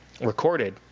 recorded